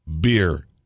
Beer